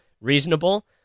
reasonable